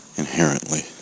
inherently